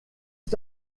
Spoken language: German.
ist